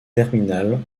terminale